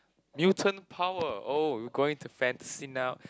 Milton power oh you going to fencing up